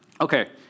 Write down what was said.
Okay